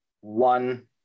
one